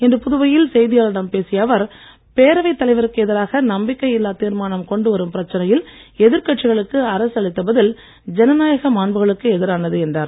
இன்று புதுவையில் செய்தியாளர்களிடம் பேசிய அவர் பேரவைத் தலைவருக்கு எதிராக நம்பிக்கை இல்லா தீர்மானம் கொண்டு வரும் பிரச்சனையில் எதிர்கட்சிகளுக்கு அரசு அளித்த பதில் ஜனநாயக மாண்புகளுக்கு எதிரானது என்றார்